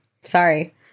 Sorry